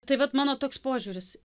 tai vat mano toks požiūris